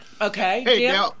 okay